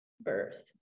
birth